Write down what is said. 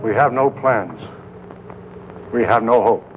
we have no plans we have no hope